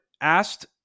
asked